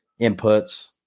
inputs